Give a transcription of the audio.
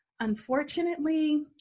unfortunately